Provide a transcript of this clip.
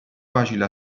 facile